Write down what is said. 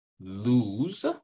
lose